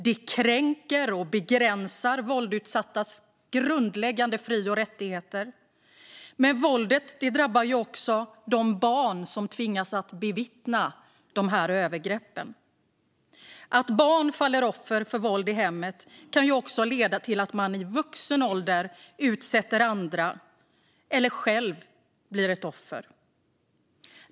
Det kränker och begränsar den våldsutsattas grundläggande fri och rättigheter. Men våldet drabbar också de barn som tvingas bevittna övergreppen. Att som barn falla offer för våld i hemmet kan även leda till att man i vuxen ålder utsätter andra eller själv blir ett offer.